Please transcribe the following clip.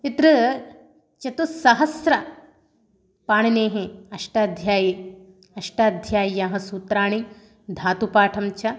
यत्र चतुस्सहस्रं पाणिनेः अष्टाध्यायी अष्टाध्याय्याः सूत्राणि धातुपाठः च